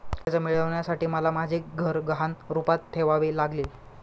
कर्ज मिळवण्यासाठी मला माझे घर गहाण रूपात ठेवावे लागले